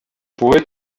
pourrait